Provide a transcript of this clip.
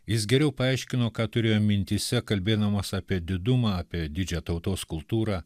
jis geriau paaiškino ką turėjo mintyse kalbėdamas apie didumą apie didžiąją tautos kultūrą